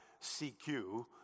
CQ